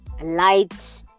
light